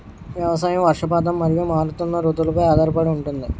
వ్యవసాయం వర్షపాతం మరియు మారుతున్న రుతువులపై ఆధారపడి ఉంటుంది